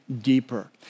deeper